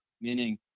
meaning